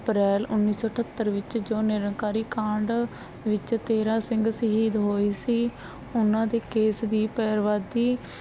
ਅਪ੍ਰੈਲ ਉੱਨੀ ਸੌ ਅੱਠਤਰ ਵਿੱਚ ਜੋ ਨਿਰੰਕਾਰੀ ਕਾਂਡ ਵਿੱਚ ਤੇਰ੍ਹਾਂ ਸਿੰਘ ਸ਼ਹੀਦ ਹੋਏ ਸੀ ਉਹਨਾਂ ਦੇ ਕੇਸ ਦੀ ਪੈਰਵਾਦੀ